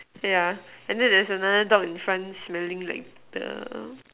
yeah and then there's another dog in front smelling like the